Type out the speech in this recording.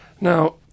Now